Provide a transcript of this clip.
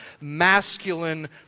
masculine